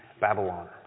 Babylon